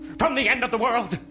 from the end of the world?